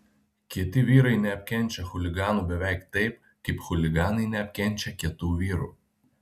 kieti vyrai neapkenčia chuliganų beveik taip kaip chuliganai neapkenčia kietų vyrų